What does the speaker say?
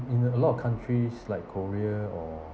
in a lot of countries like korea or